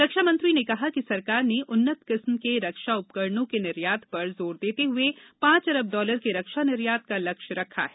रक्षामंत्री ने कहा कि सरकार ने उन्नत किस्म के रक्षा उपकरणों के निर्यात पर जोर देते हुए पांच अरब डॉलर के रक्षा निर्यात का लक्ष्य रखा है